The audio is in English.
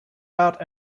out